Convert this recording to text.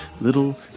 Little